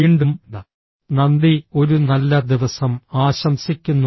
വീണ്ടും നന്ദി ഒരു നല്ല ദിവസം ആശംസിക്കുന്നു